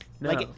No